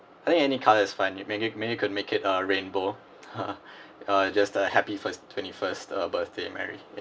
I think any colours is fine maybe maybe you could make it a rainbow uh just uh happy first twenty-first uh birthday mary ya